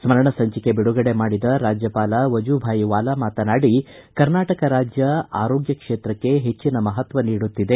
ಸ್ಕರಣ ಸಂಚಿಕೆ ಬಿಡುಗಡೆ ಮಾಡಿದ ರಾಜ್ಯಪಾಲ ವಜುಭಾಯ್ ವಾಲಾ ಮಾತನಾಡಿ ಕರ್ನಾಟಕ ರಾಜ್ಯ ಆರೋಗ್ಯ ಕ್ಷೇತಕ್ಕೆ ಪೆಚ್ಚಿನ ಮಪತ್ವ ನೀಡುತ್ತಿದೆ